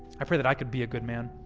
i pray that i could be a good man.